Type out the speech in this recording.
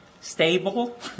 stable